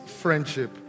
friendship